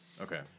Okay